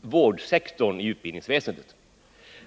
vårdsektorn i utbildningsväsendet.